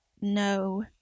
no